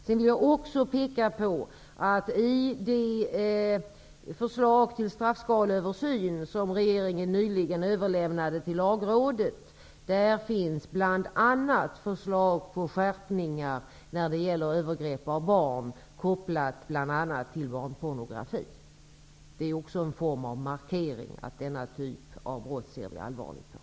Jag vill också peka på att det i det förslag till straffskaleöversyn som regeringen nyligen överlämnade till lagrådet bl.a. finns förslag till skärpningar av straffen när det gäller övergrepp mot barn med kopplingar till barnpornografi. Det är också en form av markering av att vi ser allvarligt på denna typ av brott.